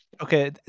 Okay